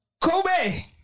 Kobe